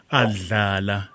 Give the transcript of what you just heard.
alala